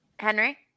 Henry